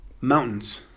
Mountains